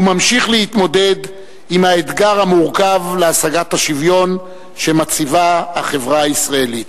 וממשיך להתמודד עם האתגר המורכב להשגת השוויון שמציבה החברה הישראלית.